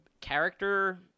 Character